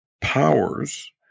powers